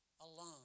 alone